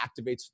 activates